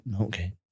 Okay